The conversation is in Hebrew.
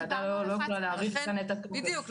בדיוק.